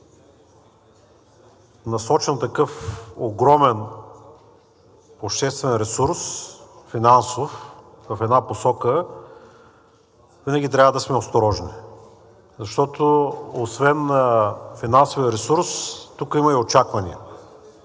насочен такъв огромен обществен финансов ресурс в една посока, винаги трябва да сме осторожни, защото освен финансовия ресурс тук има и очаквания.